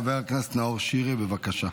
חבר הכנסת נאור שירי, בבקשה,